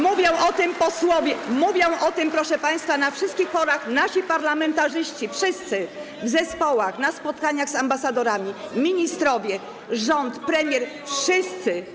Mówią o tym posłowie, mówią o tym, proszę państwa, na wszystkich forach nasi parlamentarzyści, wszyscy, w zespołach, na spotkaniach z ambasadorami, ministrowie, rząd, premier, wszyscy.